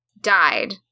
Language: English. died